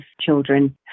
children